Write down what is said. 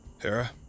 Hera